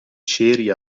ceri